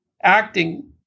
acting